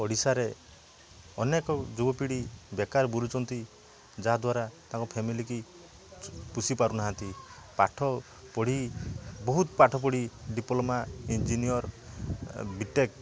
ଓଡ଼ିଶାରେ ଅନେକ ଯୁବ ପିଢ଼ି ବେକାର ବୁଲୁଛନ୍ତି ଯାହାଦ୍ୱାରା ତାଙ୍କ ଫେମିଲିକି ପୋଷି ପାରୁନାହାଁନ୍ତି ପାଠ ପଢ଼ି ବୋହୁତ ପାଠ ପଢ଼ି ଡିପ୍ଲୋମା ଇଞ୍ଜିନିୟର୍ ବିଟେକ୍